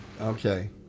Okay